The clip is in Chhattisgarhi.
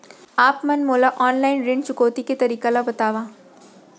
आप मन मोला ऑनलाइन ऋण चुकौती के तरीका ल बतावव?